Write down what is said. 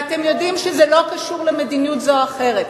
ואתם יודעים שזה לא קשור למדיניות זו או אחרת.